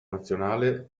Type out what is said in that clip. nazionale